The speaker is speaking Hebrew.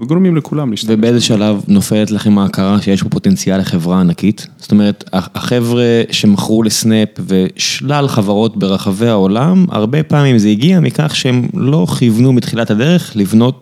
וגורמים לכולם להשתמש. ובאיזה שלב נופלת לכם ההכרה שיש פה פוטנציאל לחברה ענקית? זאת אומרת, החבר'ה שמכרו לסנאפ ושלל חברות ברחבי העולם, הרבה פעמים זה הגיע מכך שהם לא כיוונו מתחילת הדרך לבנות...